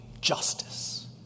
justice